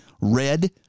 red